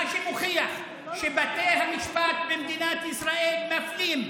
מה שמוכיח שבתי המשפט במדינת ישראל מפלים,